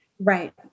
Right